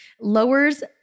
lowers